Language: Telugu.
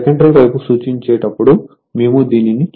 సెకండరీ వైపు సూచించేటప్పుడు మేము దీనిని చెప్పాము